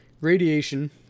radiation